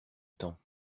temps